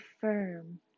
firm